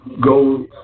go